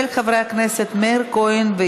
לא